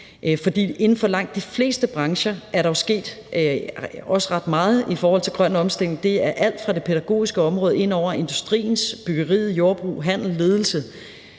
Inden for langt de fleste brancher er der også sket ret meget i forhold til grøn omstilling. Det er alt fra det pædagogiske område og ind over industriens område og i forhold til byggeri, jordbrug, handel og ledelse.